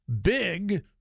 big